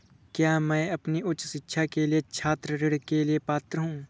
क्या मैं अपनी उच्च शिक्षा के लिए छात्र ऋण के लिए पात्र हूँ?